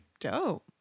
dope